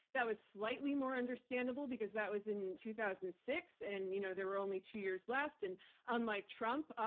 that was slightly more understandable because that was in two thousand and six, and you know there were only two years left. and unlike trump,